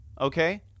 okay